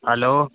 hello